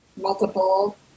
multiple